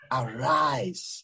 arise